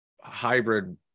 hybrid